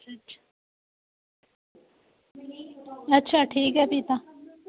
अच्छा अच्छा अच्छा ठीक ऐ फ्ही तां